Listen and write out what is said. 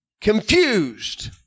Confused